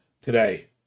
today